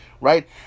right